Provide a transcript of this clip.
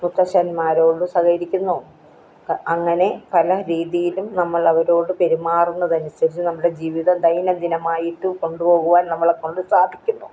മുത്തശ്ശന്മാരോട് സഹകരിക്കുന്നു അങ്ങനെ പല രീതിയിലും നമ്മൾ അവരോടു പെരുമാറുന്നതന് അനുസരിച്ചു നമ്മളുടെ ജീവിതം ദൈനംദിനമായിട്ടു കൊണ്ടു പോകുവാൻ നമ്മളെ കൊണ്ട് സാധിക്കുന്നു